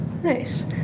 Nice